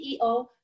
CEO